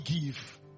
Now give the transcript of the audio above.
give